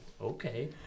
okay